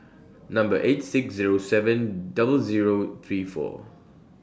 Number eight six Zero seven double Zero three four